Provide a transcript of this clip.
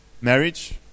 marriage